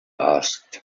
asked